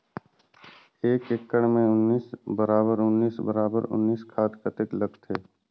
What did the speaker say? एक एकड़ मे उन्नीस बराबर उन्नीस बराबर उन्नीस खाद कतेक लगथे?